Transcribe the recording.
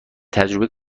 تجربه